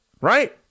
Right